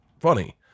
funny